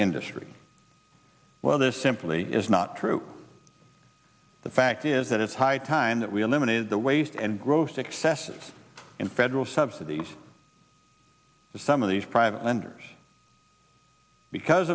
industry well this simply is not true the fact is that it's high time that we eliminated the waste and gross excesses in federal subsidies to some of these private lenders because